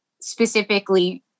specifically